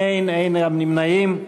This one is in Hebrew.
אין, אין גם נמנעים.